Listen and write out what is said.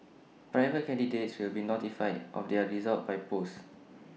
private candidates will be notified of their results by post